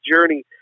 journey